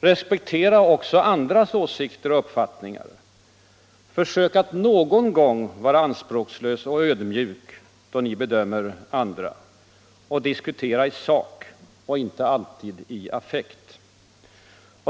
Respektera också andras åsikter och uppfattningar! Försök att någon gång vara anspråkslös och ödmjuk då ni bedömer andra och diskutera i sak och inte alltid i affekt.